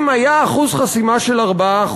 אם היה אחוז חסימה של 4%,